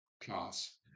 class